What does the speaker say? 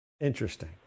Interesting